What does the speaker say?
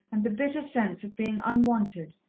and the bitter sense of being unwanted,